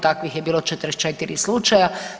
Takvih je bilo 44 slučaja.